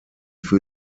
für